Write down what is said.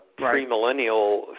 premillennial